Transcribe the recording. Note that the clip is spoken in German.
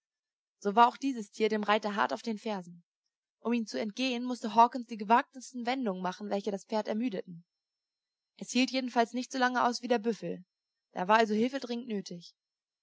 so war auch dieser stier dem reiter hart auf den fersen um ihm zu entgehen mußte hawkens die gewagtesten wendungen machen welche das pferd ermüdeten es hielt jedenfalls nicht so lange aus wie der büffel da war also hilfe dringend nötig